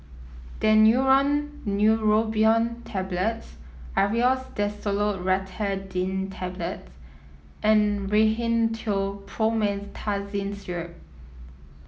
Daneuron Neurobion Tablets Aerius DesloratadineTablets and Rhinathiol Promethazine Syrup